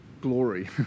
glory